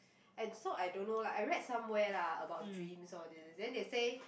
and so I don't know lah I read somewhere lah about dream some all these then they say